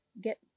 get